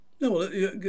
No